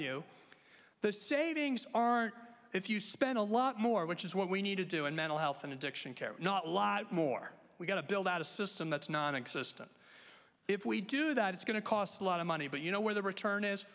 you the savings aren't if you spend a lot more which is what we need to do in mental health and addiction care not a lot more we've got to build out a system that's nonexistent if we do that it's going to cost a lot of money but you know where the return is